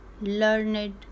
learned